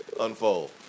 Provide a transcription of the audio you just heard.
unfold